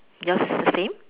yours is the same